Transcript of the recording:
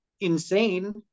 insane